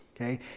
Okay